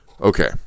Okay